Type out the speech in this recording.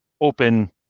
open